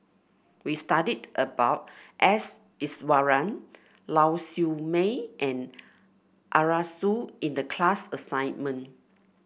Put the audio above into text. we studied about S Iswaran Lau Siew Mei and Arasu in the class assignment